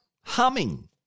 humming